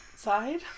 side